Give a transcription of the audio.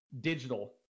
digital